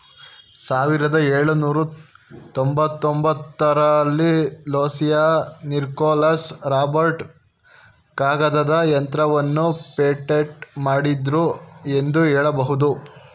ಸಾವಿರದ ಎಳುನೂರ ತೊಂಬತ್ತಒಂಬತ್ತ ರಲ್ಲಿ ಲೂಸಿಯಾ ನಿಕೋಲಸ್ ರಾಬರ್ಟ್ ಕಾಗದದ ಯಂತ್ರವನ್ನ ಪೇಟೆಂಟ್ ಮಾಡಿದ್ರು ಎಂದು ಹೇಳಬಹುದು